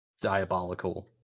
diabolical